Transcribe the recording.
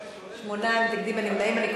חברים, מצביעים.